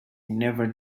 never